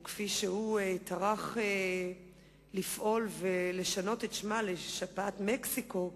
או כפי שהוא טרח לפעול ולשנות את שמה ל"שפעת מקסיקו",